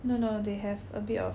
no no they have a bit of